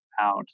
out